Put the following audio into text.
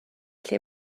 lle